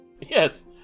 Yes